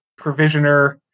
provisioner